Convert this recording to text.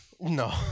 No